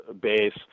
base